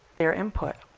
their input.